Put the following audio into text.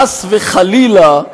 חס וחלילה,